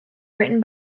written